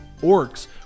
orcs